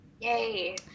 Yay